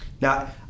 Now